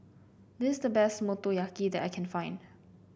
this is the best Motoyaki that I can find